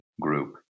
group